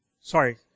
Sorry